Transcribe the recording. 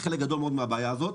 חלק גדול מאוד מן הבעיה הזאת.